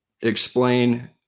explain